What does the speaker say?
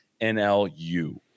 NLU